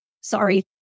sorry